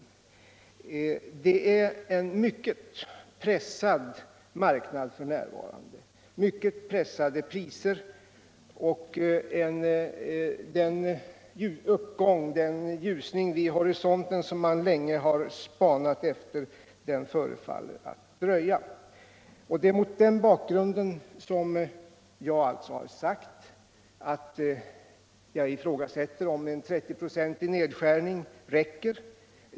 Marknaden är f. n. mycket pressad, med mycket låga priser, och den ljusning vid horisonten som man länge har spanat efter förefaller att dröja. Det är mot den bakgrunden som jag alltså har sagt att jag ifrågasätter om en 30-procentig nedskärning räcker.